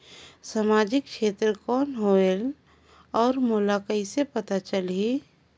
समाजिक क्षेत्र कौन होएल? और मोला कइसे पता चलही?